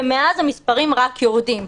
ומאז המספרים רק יורדים.